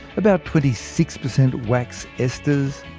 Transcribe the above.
about twenty six percent wax esters,